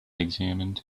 examined